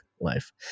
life